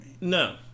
No